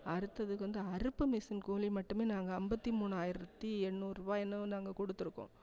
அறுத்ததுக்கு வந்து அறுப்பு மிசின் கூலி மட்டுமே நாங்கள் ஐம்பத்தி மூணாயிரத்து எண்ணூறு ருபா என்னமோ நாங்கள் கொடுத்துருக்கோம்